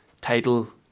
title